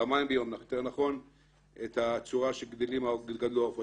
פעמיים ביום, את הצורה בה גדלו העופות.